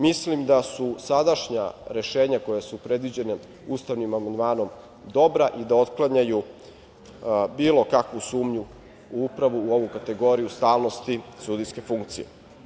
Mislim da su sadašnja rešenja koja su predviđena ustavnim amandmanom dobra i da otklanjaju bilo kakvu sumnju upravo u ovu kategoriju stalnosti sudijske funkcije.